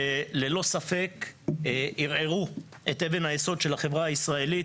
שללא ספק ערערו את אבן היסוד של החברה הישראלית,